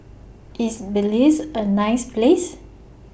IS Belize A nice Place